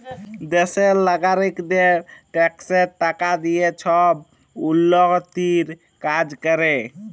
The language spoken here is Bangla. দ্যাশের লগারিকদের ট্যাক্সের টাকা দিঁয়ে ছব উল্ল্যতির কাজ ক্যরে